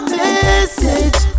message